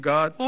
God